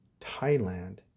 Thailand